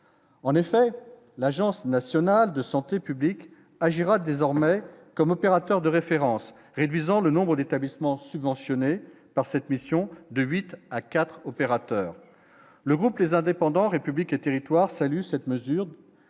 En effet, l'Agence nationale de santé publique agira désormais comme Opéra. De référence, réduisant le nombre d'établissements subventionnés par cette mission de 8 à 4 opérateurs le groupe les indépendants République était. Voir salue cette mesure